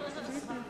חברת הכנסת איציק,